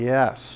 Yes